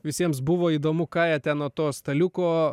visiems buvo įdomu ką jie ten nuo to staliuko